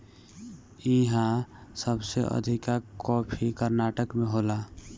इहा सबसे अधिका कॉफ़ी कर्नाटक में होला